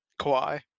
Kawhi